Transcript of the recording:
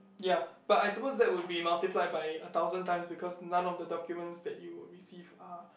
ya but I suppose that would be multiplied by a thousand times because none of the documents that you would receive are